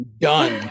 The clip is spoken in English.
done